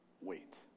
Wait